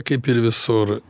kaip ir visur